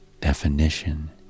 definition